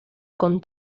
con